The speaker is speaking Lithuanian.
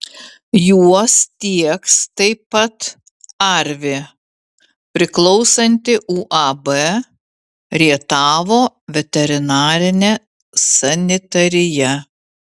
juos tieks taip pat arvi priklausanti uab rietavo veterinarinė sanitarija